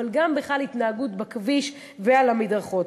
אבל גם בכלל התנהגות בכביש ועל המדרכות.